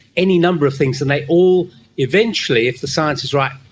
any number of things. and they all eventually, if the science is right,